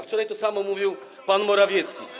Wczoraj to samo mówił pan Morawiecki.